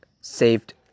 saved